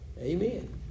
Amen